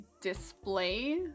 display